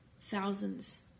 thousands